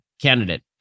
candidate